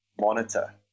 monitor